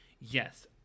yes